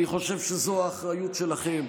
אני חושב שזאת האחריות שלכם,